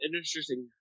interesting